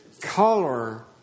color